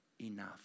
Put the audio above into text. enough